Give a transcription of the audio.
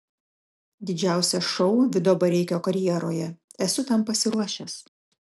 didžiausias šou vido bareikio karjeroje esu tam pasiruošęs